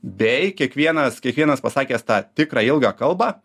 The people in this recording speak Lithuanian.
bei kiekvienas kiekvienas pasakęs tą tikrą ilgą kalbą